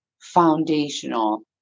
foundational